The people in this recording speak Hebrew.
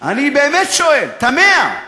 אני באמת שואל, תמה.